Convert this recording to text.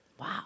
Wow